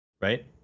Right